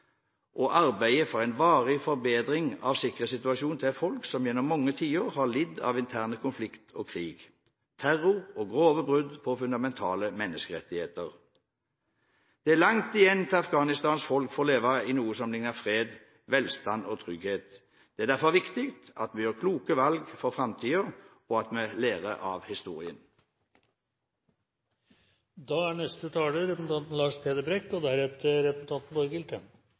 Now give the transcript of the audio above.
og arbeidet for en varig forbedring av sikkerhetssituasjonen til et folk som gjennom mange tiår har lidd av intern konflikt og krig, terror og grove brudd på fundamentale menneskerettigheter. Det er langt igjen til Afghanistans folk får leve i noe som ligner fred, velstand og trygghet. Det er derfor viktig at vi gjør kloke valg for framtiden, og at vi lærer av historien. Komiteens merknader og innstillingen er kort, og